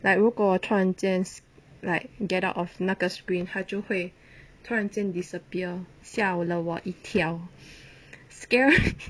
like 如果我突然间 like get out of 那个 screen 它就会突然间 disappear 下了我一跳 scare me